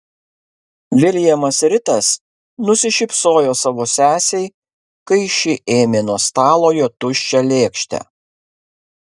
viljamas ritas nusišypsojo savo sesei kai ši ėmė nuo stalo jo tuščią lėkštę